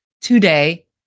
today